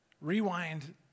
Rewind